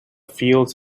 fields